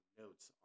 notes